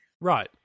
Right